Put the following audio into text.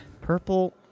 Purple